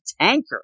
tanker